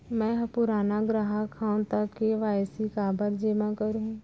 मैं ह पुराना ग्राहक हव त के.वाई.सी काबर जेमा करहुं?